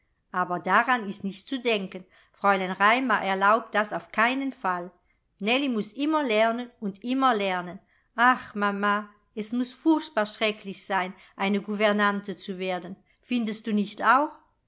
aber daran ist nicht zu denken fräulein raimar erlaubt das auf keinen fall nellie muß immer lernen und immer lernen ach mama es muß furchtbar schrecklich sein eine gouvernante zu werden findest du nicht auch